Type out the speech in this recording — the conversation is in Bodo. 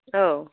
औ